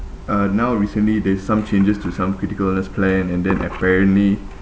uh now recently there is some changes to some critical illness plan and then apparently